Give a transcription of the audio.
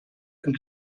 and